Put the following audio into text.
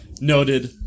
noted